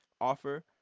offer